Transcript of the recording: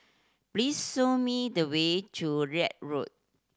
please show me the way to Larut Road